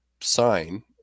sign